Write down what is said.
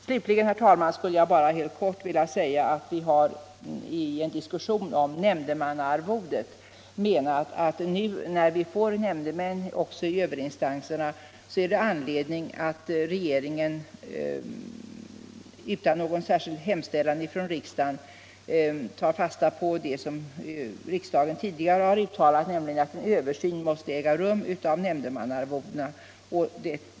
För det andra, herr talman, har vi i en diskussion om nämndemannaarvodet menat att det, när vi nu får nämndemän också i överinstanserna, finns anledning att regeringen utan någon särskild hemställan från riksdagen tar fasta på det som riksdagen tidigare har uttalat, nämligen att en översyn av nämndemannaarvodena måste göras.